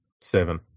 seven